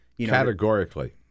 Categorically